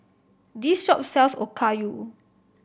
this shop sells Okayu